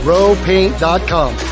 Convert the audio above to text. RowPaint.com